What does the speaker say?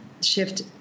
shift